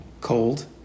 cold